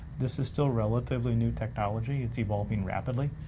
this is still relatively new technology, it's evolving rapidly,